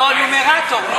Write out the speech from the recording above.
לא, נומרטור.